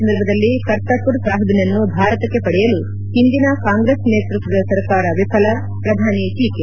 ಸಂದರ್ಭದಲ್ಲಿ ಕರ್ತಾಪುರ್ ಸಾಹಿಬ್ನ್ನು ಭಾರತಕ್ಕೆ ಪಡೆಯಲು ಹಿಂದಿನ ಕಾಂಗ್ರೆಸ್ ನೇತೃತ್ವದ ಸರ್ಕಾರ ವಿಫಲ ಪ್ರಧಾನಿ ಟೀಕೆ